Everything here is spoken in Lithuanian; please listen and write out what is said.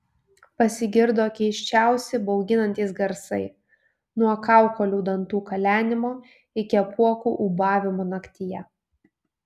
pasigirdo keisčiausi bauginantys garsai nuo kaukolių dantų kalenimo iki apuokų ūbavimo naktyje